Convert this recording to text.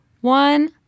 one